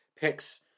picks